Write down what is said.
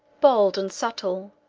bold and subtle,